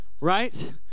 Right